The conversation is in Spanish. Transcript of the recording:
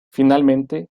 finalmente